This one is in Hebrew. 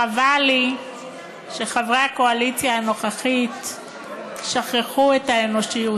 חבל לי שחברי הקואליציה הנוכחית שכחו את האנושיות.